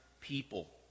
people